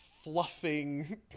fluffing